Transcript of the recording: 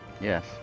yes